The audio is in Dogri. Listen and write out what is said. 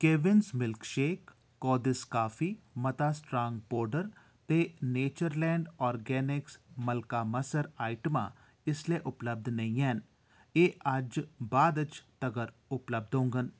केविन्स मिल्कशेक कोदिस कॉफी मता स्ट्रांग पौडर ते नेचरलैंड ऑर्गेनिक्स मलका मसर आइटमां इसलै उपलब्ध नेईं हैन एह् अज्ज बाद च तक्कर उपलब्ध होङन